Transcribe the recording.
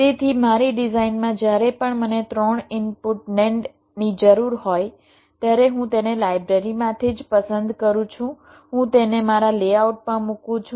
તેથી મારી ડિઝાઇનમાં જ્યારે પણ મને ત્રણ ઇનપુટ NANDની જરૂર હોય ત્યારે હું તેને લાઇબ્રેરીમાંથી જ પસંદ કરું છું હું તેને મારા લેઆઉટમાં મૂકું છું